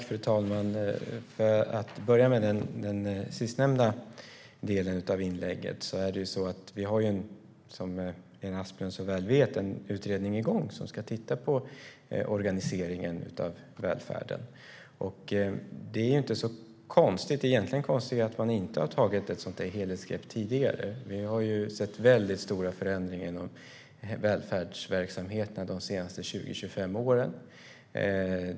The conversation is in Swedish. Fru talman! Jag ska börja med den sista delen i inlägget. Som Lena Asplund så väl vet pågår en utredning som ska titta på organiseringen av välfärden. Det är inte så konstigt. Det är egentligen konstigare att man inte tidigare har tagit ett sådant helhetsgrepp. Vi har sett mycket stora förändringar inom välfärdsverksamheterna de senaste 20-25 åren.